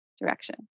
direction